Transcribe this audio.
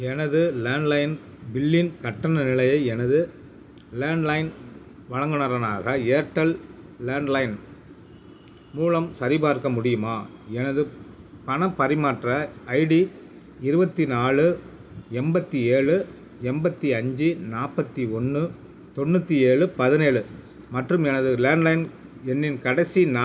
எனது லேண்ட்லைன் பில்லின் கட்டண நிலையை எனது லேண்ட்லைன் வழங்குநரான ஏர்டெல் லேண்ட்லைன் மூலம் சரிபார்க்க முடியுமா எனது பணப் பரிமாற்ற ஐடி இருபத்தி நாலு எண்பத்தி ஏழு எண்பத்தி அஞ்சு நாற்பத்தி ஒன்று தொண்ணூற்றி ஏழு பதினேழு மற்றும் எனது லேண்ட்லைன் எண்ணின் கடைசி நான்கு இலக்கங்கள்